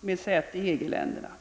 med säte i något EG-land.